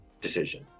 decision